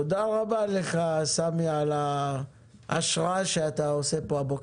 תודה רבה לך, סמי, על ההשראה שלך הבוקר.